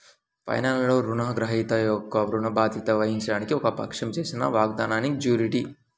ఫైనాన్స్లో, రుణగ్రహీత యొక్క ఋణ బాధ్యత వహించడానికి ఒక పక్షం చేసిన వాగ్దానాన్నిజ్యూరిటీ